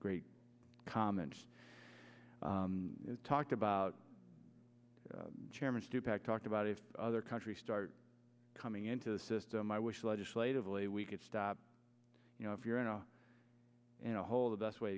great comments talked about chairman stupak talked about if other countries start coming into the system i wish legislatively we could stop you know if you're in a in a hole the best way